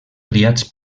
triats